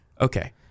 Okay